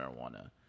marijuana